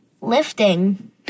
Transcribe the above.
lifting